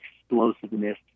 explosiveness